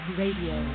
radio